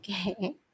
Okay